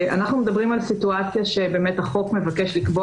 אנחנו מדברים על סיטואציה שבאמת החוק מבקש לקבוע